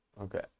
Okay